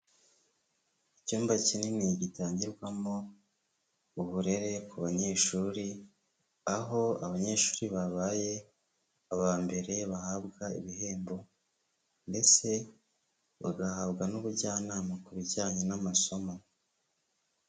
Icyumba kinini, gitangirwamo uburere ku banyeshuri, aho abanyeshuri babaye abambere, bahabwa ibihembo. Ndetse bagahabwa n'ubujyanama ku bijyanye n'amasomo.